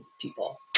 people